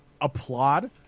applaud